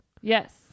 Yes